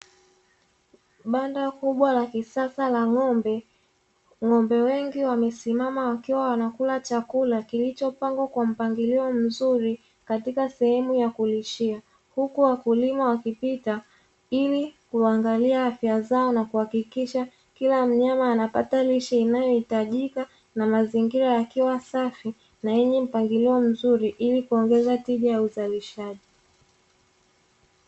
Banda kubwa la kisasa la ng'ombe; ng'ombe wengi wamesimama wakiwa wanakula chakula kilichopangwa kwa mpangilio mzuri katika sehemu ya kulishia. Huku wakulima wakipita ili kuangalia afya zao, na kuhakikisha kila mnyama anapata lishe inayohitajika, na mazingira yakiwa safi na yenye mpangilio mzuri, ili kuongeza tija ya uzalishaji.